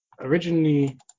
Originally